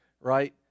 right